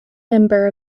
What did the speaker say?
member